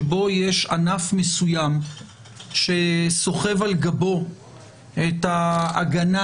שבו יש ענף מסוים שסוחב על גבו את ההגנה